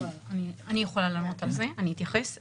אני אתייחס.